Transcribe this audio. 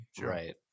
right